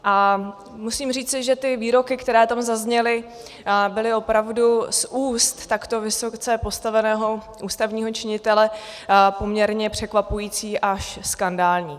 A musím říci, že ty výroky, které tam zazněly, byly opravdu z úst takto vysoce postaveného ústavního činitele poměrně překvapující až skandální.